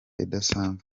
idasanzwe